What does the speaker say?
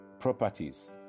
properties